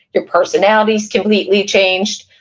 your personality's completely changed,